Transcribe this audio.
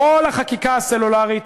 כל החקיקה הסלולרית